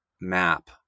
map